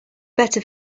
better